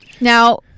Now